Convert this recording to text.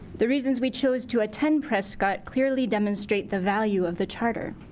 the reasons we chose to attend prescott clearly demonstrate the value of the charter.